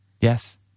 Yes